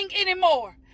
anymore